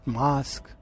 mask